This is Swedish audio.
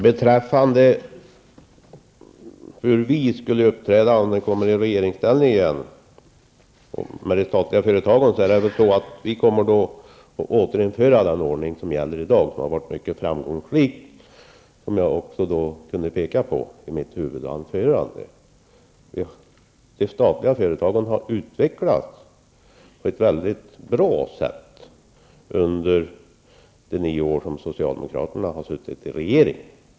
Herr talman! Hadar Cars undrar hur vi skulle göra med de statliga företagen om vi kom i regeringsställning igen. Vi kommer att återinföra den ordning som gäller i dag. Den har varit mycket framgångsrik, som jag kunde påpeka i mitt huvudanförande. De statliga företagen har utvecklats på ett väldigt bra sätt under de nio år då socialdemokraterna har suttit i regeringen.